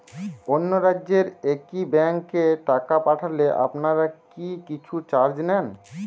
অন্য রাজ্যের একি ব্যাংক এ টাকা পাঠালে আপনারা কী কিছু চার্জ নেন?